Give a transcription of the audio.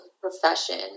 profession